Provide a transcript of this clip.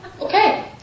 Okay